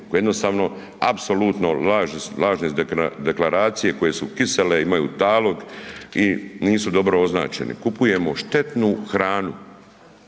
jednostavno lažne deklaracije, koje su kisele, imaju talog i nisu dobro označeni. Kupujemo štetnu hranu.